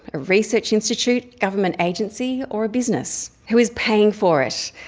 ah research institute, government agency, or business? who is paying for it?